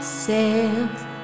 sails